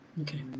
Okay